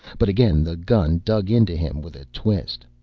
but again the gun dug into him with a twist.